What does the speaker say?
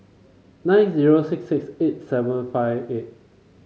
nine zero six six eight seven five eight